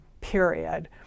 period